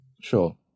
Sure